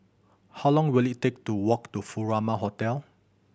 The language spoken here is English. how long will it take to walk to Furama Hotel